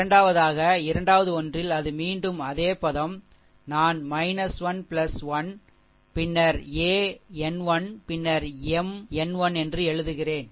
இரண்டாவதாக இரண்டாவது ஒன்றில் அது மீண்டும் அதே பதம் நான் n 1 பின்னர் an1 பின்னர் M n 1என்று எழுதுகிறேன்